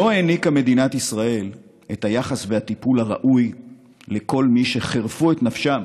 לא העניקה מדינת ישראל את היחס והטיפול הראוי לכל מי שחירפו את נפשם